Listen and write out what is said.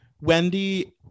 Wendy